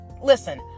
listen